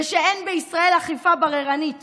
ושאין בישראל אכיפה בררנית